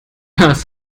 das